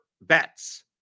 bets